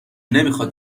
نمیخواد